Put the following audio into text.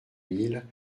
mille